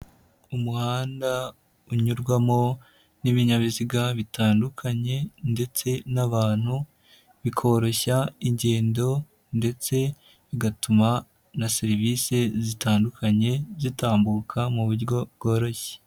Umuhanda unyurwamo n'ibinyabiziga bitandukanye ndetse n'abantu bikoroshya ingendo ndetse bigatuma na serivisi zitandukanye zitambuka mu buryo bworoshye.